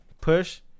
push